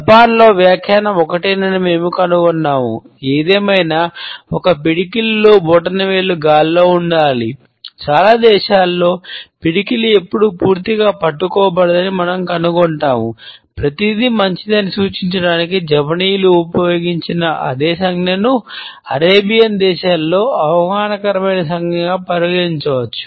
జపాన్లో దేశాలలో అవమానకరమైన సంజ్ఞగా పరిగణించవచ్చు